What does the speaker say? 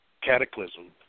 cataclysm